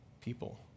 people